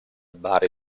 bari